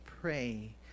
pray